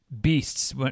beasts